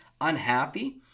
unhappy